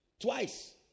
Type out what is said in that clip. Twice